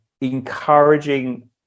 encouraging